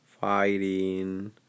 Fighting